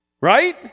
right